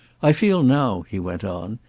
i feel now, he went on,